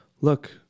look